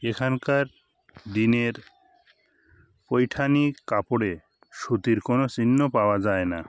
এখানকার দিনের পৈঠানি কাপড়ে সুতির কোনো চিহ্ন পাওয়া যায় না